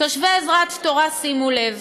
תושבי עזרת-תורה, שימו לב: